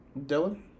Dylan